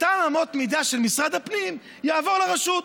אותן אמות מידה של משרד הפנים יעברו לרשות.